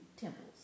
temples